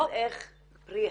אז איך פרי הקשר?